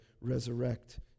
resurrect